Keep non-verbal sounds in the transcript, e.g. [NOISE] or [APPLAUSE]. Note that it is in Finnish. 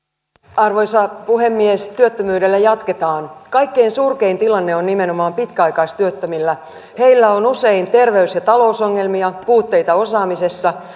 arvoisa puhemies työttömyydellä jatketaan kaikkein surkein tilanne on nimenomaan pitkäaikaistyöttömillä heillä on usein terveys ja talousongelmia puutteita osaamisessa [UNINTELLIGIBLE]